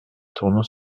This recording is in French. tournon